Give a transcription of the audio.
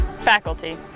faculty